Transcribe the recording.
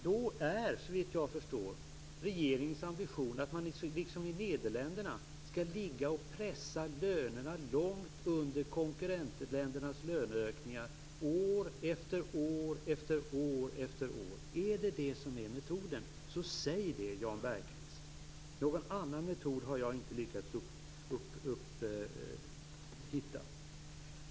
Då är, såvitt jag förstår, regeringens ambition att man, liksom i Nederländerna, skall ligga och pressa lönerna långt under konkurrentländernas löneökningar år efter år. Om det är detta som är metoden, så säg det Jan Bergqvist. Någon annan metod har jag inte lyckats hitta.